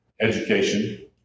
education